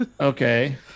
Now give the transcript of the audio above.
Okay